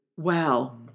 Wow